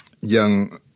young